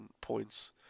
points